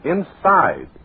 Inside